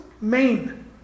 main